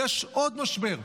יש עוד משבר.